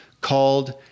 called